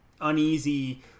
uneasy